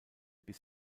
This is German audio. bis